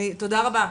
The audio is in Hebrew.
תודה רבה.